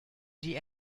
die